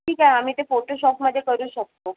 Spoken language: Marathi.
ठीक आहे आम्ही ते फोटोशॉपमध्ये करू शकतो